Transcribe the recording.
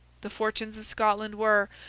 the fortunes of scotland were,